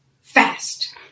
fast